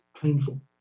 painful